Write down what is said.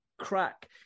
crack